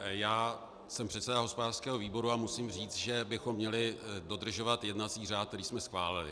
Já jsem předseda hospodářského výboru a musím říct, že bychom měli dodržovat jednací řád, který jsme schválili.